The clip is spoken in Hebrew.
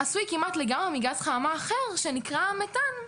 עשוי כמעט לגמרי מגז חממה אחר שנקרא מתאן,